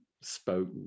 spoke